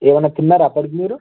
ఏవన్నా తిన్నారా అప్పటికి మీరు